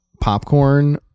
popcorn